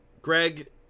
Greg